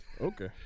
Okay